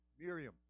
Miriam